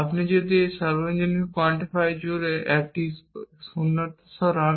আপনি যদি একটি সার্বজনীন কোয়ান্টিফায়ার জুড়ে একটি শূন্যতা সরান